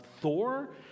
Thor